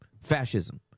Fascism